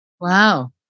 Wow